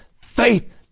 Faith